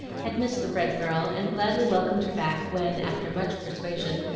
had missed the bright girl, and gladly welcomed her back when, after much persuasion,